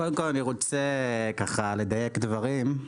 קודם כול אני רוצה לדייק דברים.